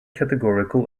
categorical